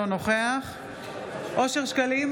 אינו נוכח אושר שקלים,